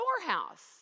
storehouse